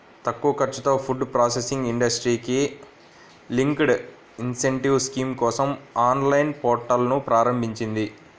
తక్కువ ఖర్చుతో food processing ఇండస్ట్రీకి లింక్డ్ ఇన్సెంటివ్ స్కీమ్ కోసం ఆన్లైన్ పోర్టల్ను ప్రారంభించింది